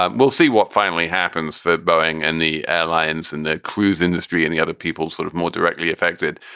ah we'll see what finally happens for boeing and the airlines and the cruise industry and the other people sort of more directly affected.